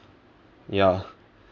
ya